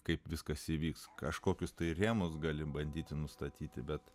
kaip viskas įvyks kažkokius tai rėmus gali bandyti nustatyti bet